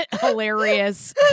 hilarious